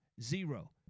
Zero